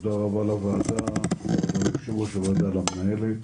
תודה רבה לוועדה, ליו"ר הוועדה, המנהלת,